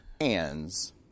hands